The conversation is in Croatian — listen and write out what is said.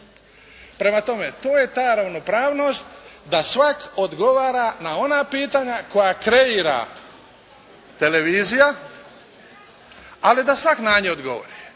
Prema tome, to je ta ravnopravnost da svak odgovara na ona pitanja koja kreira televizija, ali da svak na njih odgovori,